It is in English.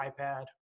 iPad